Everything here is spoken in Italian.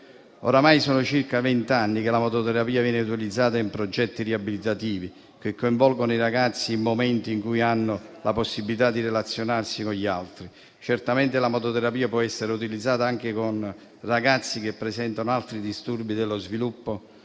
Ormai sono circa vent'anni che la mototerapia viene utilizzata in progetti riabilitativi che coinvolgono i ragazzi in un momento in cui hanno la possibilità di relazionarsi con gli altri. Certamente la mototerapia può essere utilizzata anche con ragazzi che presentano altri disturbi dello sviluppo,